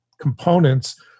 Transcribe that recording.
components